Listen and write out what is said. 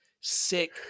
sick